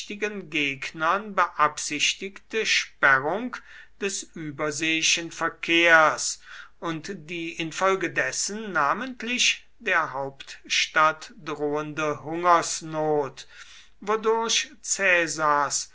gegnern beabsichtigte sperrung des überseeischen verkehrs und die infolgedessen namentlich der hauptstadt drohende hungersnot wodurch